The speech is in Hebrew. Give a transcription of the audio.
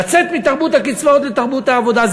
לצאת מתרבות הקצבאות לתרבות העבודה.